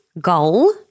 Goal